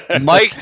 Mike